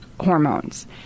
hormones